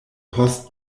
post